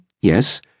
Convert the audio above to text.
Yes